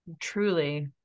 truly